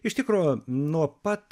iš tikro nuo pat